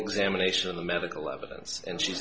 examination of the medical evidence and she